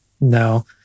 No